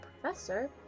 professor